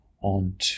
on